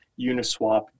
Uniswap